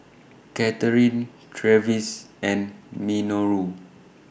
Katherin Travis and Minoru